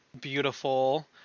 beautiful